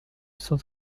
sans